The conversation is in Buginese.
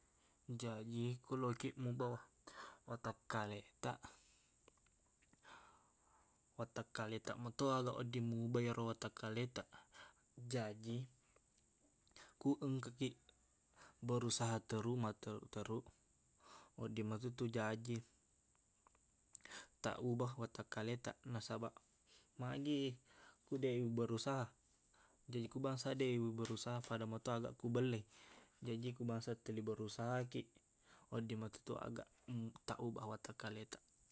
Jaji ku lokiq mubah watakkaletaq watakkaletaq meto aga wedding mubah i ero watakkaletaq jaji ku engkakiq berusaha teruq matterruq-terruq wedding metotu jaji taqubah watakkaletaq nasabaq magi ku deq berusaha jaji ku bangsa deq u berusaha fada meto aga kobelle jaji ku bangsa telli berusahakiq wedding metotu aga taqubah watakkaletaq